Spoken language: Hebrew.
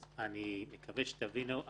אז אני מקווה שתבינו,